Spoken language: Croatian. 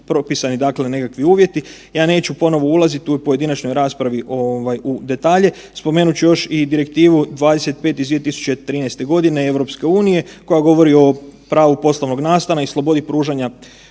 propisani, dakle nekakvi uvjeti. Ja neću ponovo ulaziti u pojedinačnoj raspravi ovaj u detalje. Spomenut ću još i Direktivu 25/2013 EU koja govori o pravu poslovnog nastana i slobodi pružanja